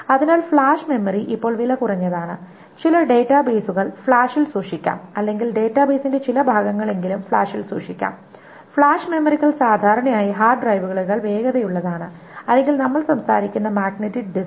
അതിനാൽ flash memory ഇപ്പോൾ വിലകുറഞ്ഞതാണ് ചില ഡാറ്റാബേസുകൾ ഫ്ലാഷിൽ സൂക്ഷിക്കാം അല്ലെങ്കിൽ ഡാറ്റാബേസിന്റെ ചില ഭാഗങ്ങളെങ്കിലും ഫ്ലാഷിൽ സൂക്ഷിക്കാം ഫ്ലാഷ് മെമ്മറികൾ സാധാരണയായി ഹാർഡ് ഡ്രൈവുകളേക്കാൾ വേഗതയുള്ളതാണ് അല്ലെങ്കിൽ നമ്മൾ സംസാരിക്കുന്ന മാഗ്നെറ്റിക് ഡിസ്ക്